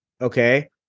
Okay